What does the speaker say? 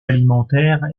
alimentaire